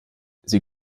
sie